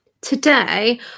today